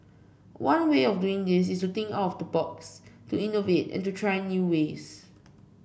one way of doing this is to think out of the box to innovate and to try new ways